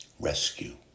rescue